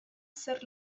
zer